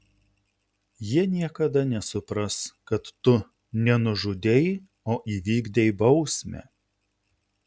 jie niekada nesupras kad tu ne nužudei o įvykdei bausmę